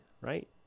right